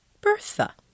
Bertha